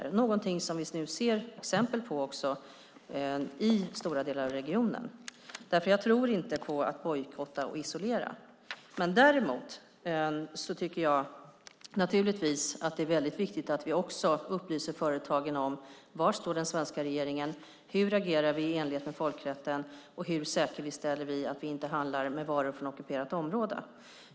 Det är någonting som vi just nu ser exempel på i stora delar av regionen. Jag tror inte på att bojkotta och isolera. Däremot tycker jag att det är viktigt att vi också upplyser företagen om var den svenska regeringen står, hur vi agerar i enlighet med folkrätten och hur vi säkerställer att vi inte handlar med varor från ockuperat område.